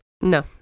No